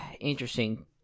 interesting